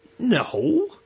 No